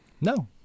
No